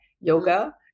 yoga